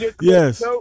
Yes